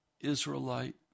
Israelite